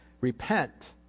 Repent